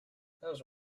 those